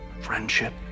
friendship